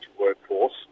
workforce